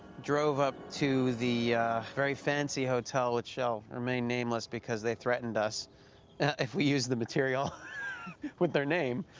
drove up to the very fancy hotel which shall remain nameless because they threatened us if we use the material with their name.